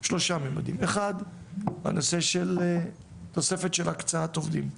אחד הנושא של תוספת הקצאת עובדים.